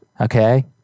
okay